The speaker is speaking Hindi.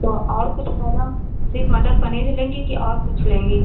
तो और कुछ मैडम सिर्फ़ मटर पनीर ही लेंगी कि और कुछ लेंगी